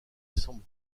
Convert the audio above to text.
semble